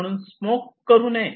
म्हणून स्मोक करू नये